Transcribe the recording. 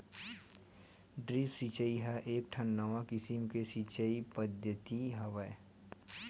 drip सिचई ह एकठन नवा किसम के सिचई पद्यति हवय